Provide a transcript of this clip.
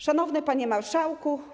Szanowny Panie Marszałku!